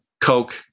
Coke